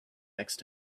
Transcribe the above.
next